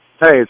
Hey